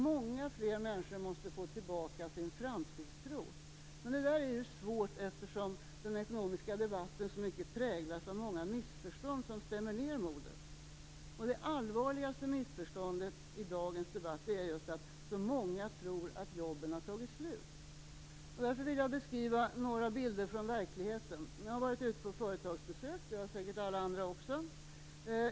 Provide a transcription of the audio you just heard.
Många fler människor måste få tillbaka sin framtidstro. Men det är svårt. Den ekonomiska debatten präglas ju av så många missförstånd som stämmer ned modet. Det allvarligaste missförståndet är just att så många tror att jobben har tagit slut. Därför vill jag beskriva några bilder från verkligheten. Jag har varit ute på företagsbesök. Det har säkert alla andra här också.